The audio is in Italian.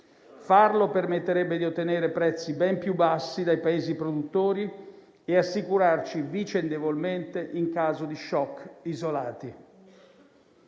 farlo permetterebbe di ottenere prezzi ben più bassi dai Paesi produttori e assicurarci vicendevolmente in caso di *shock* isolati.